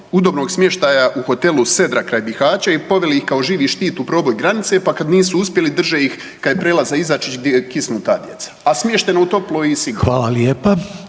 Hvala lijepa.